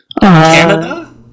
Canada